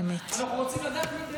רוצים לדעת מי בעד.